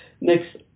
next